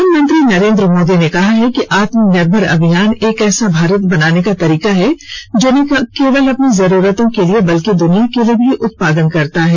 प्रधानमंत्री नरेंद्र मोदी ने कहा है कि आत्मनिर्भर अभियान एक ऐसा भारत बनाने का तरीका है जो न केवल अपनी जरूरतों के लिए बल्कि दुनिया के लिए भी उत्पादन करता है